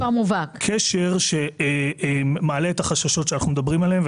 מייצרת קשר שמעלה את החששות שאנחנו מדברים עליהם.